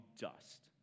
dust